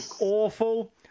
awful